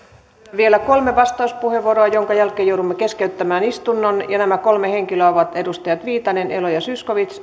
vielä kolme vastauspuheenvuoroa minkä jälkeen joudumme keskeyttämään istunnon ja nämä kolme henkilöä ovat edustajat viitanen elo ja zyskowicz